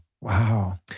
Wow